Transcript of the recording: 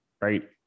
right